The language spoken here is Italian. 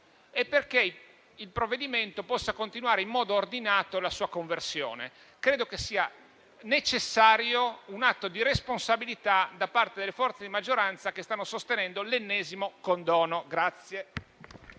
e perché il provvedimento possa continuare in modo ordinato la sua conversione. Credo sia necessario un atto di responsabilità da parte delle forze di maggioranza che stanno sostenendo l'ennesimo condono.